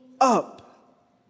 up